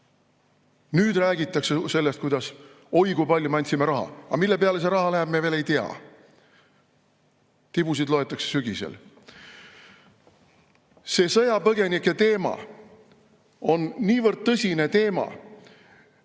Nüüd räägitakse sellest, kuidas, oi kui palju me neile raha andsime. Aga seda, mille peale see raha läheb, me veel ei tea. Tibusid loetakse sügisel. Sõjapõgenike teema on niivõrd tõsine teema, et